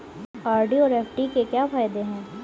RD और FD के क्या फायदे हैं?